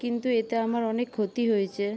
কিন্তু এতে আমার অনেক ক্ষতি হয়েছে